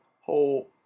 whole